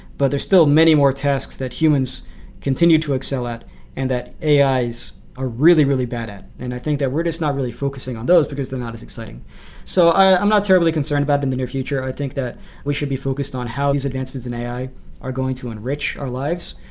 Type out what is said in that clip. but there are still many more tasks that humans continue to excel at and that ais are really really bad at. and i think that we're just not really focusing on those because they're not as exciting so i'm not terribly concerned about in the near future. i think that we should be focused on how these advancements in ai are going to enrich our lives.